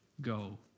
go